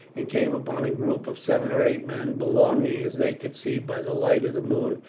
and came upon a group of seven or eight men, belonging, as they could see by the light of the moon,